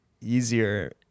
easier